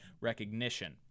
recognition